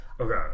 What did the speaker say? okay